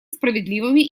справедливыми